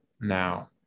now